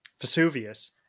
Vesuvius